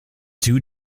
two